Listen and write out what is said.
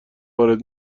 وارد